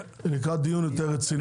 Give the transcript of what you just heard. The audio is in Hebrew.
לקראת דיון יותר רציני.